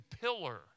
pillar